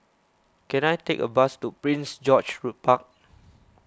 can I take a bus to Prince George's Park